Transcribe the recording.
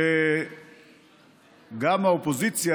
שגם באופוזיציה,